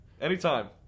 anytime